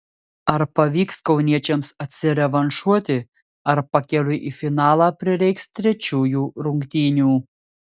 ar pavyks kauniečiams atsirevanšuoti ar pakeliui į finalą prireiks trečiųjų rungtynių